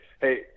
hey